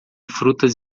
frutas